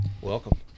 welcome